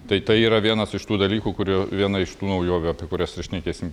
tai tai yra vienas iš tų dalykų kurių viena iš tų naujovių apie kurias ir šnekėsim